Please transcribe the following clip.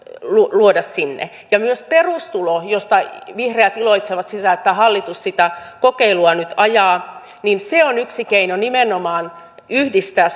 luotua sinne myös perustulo josta vihreät iloitsevat että hallitus sitä kokeilua nyt ajaa on yksi keino nimenomaan yhdistää